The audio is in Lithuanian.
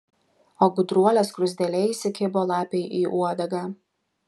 o gudruolė skruzdėlė įsikibo lapei į uodegą